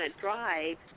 drive